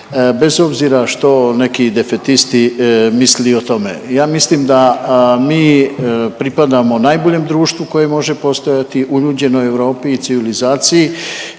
bez obzira što neki defetisti misli o tome. Ja mislim da mi pripadamo najboljem društvu koje može postojati u uljuđenoj Europi i civilizaciji